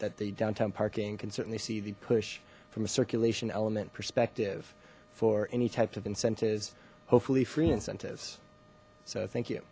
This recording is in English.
that the downtown parking can certainly see the push from a circulation element perspective for any types of incentives hopefully free incentives so thank you